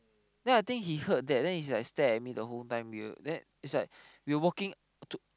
then I think he heard that then he is like stare at me the whole time we were then is like we were walking to